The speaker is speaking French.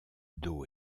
dos